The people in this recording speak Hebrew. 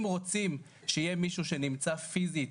אם רוצים שיהיה מישהו שנמצא פיזית,